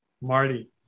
Marty